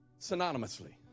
Synonymously